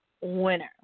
winner